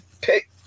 pick